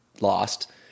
lost